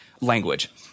language